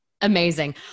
Amazing